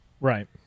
right